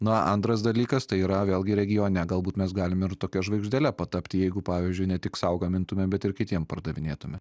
na antras dalykas tai yra vėlgi regione galbūt mes galim ir tokia žvaigždele patapti jeigu pavyzdžiui ne tik sau gamintume bet ir kitiem pardavinėtume